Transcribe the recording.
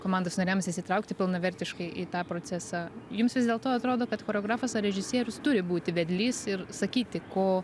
komandos nariams įsitraukti pilnavertiškai į tą procesą jums vis dėlto atrodo kad choreografas ar režisierius turi būti vedlys ir sakyti ko